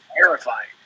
terrifying